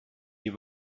die